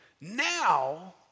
Now